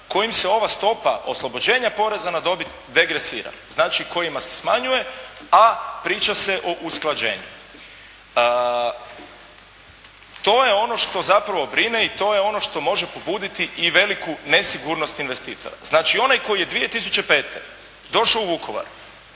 kojim se ova stopa oslobođenja poreza na dobit degresira, znači kojima se smanjuje, a priča se o usklađenju. To je ono što zapravo brine i to je ono što može pobuditi i veliku nesigurnost investitora. Znači onaj koji je 2005. došao u Vukovar